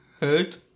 hurt